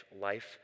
life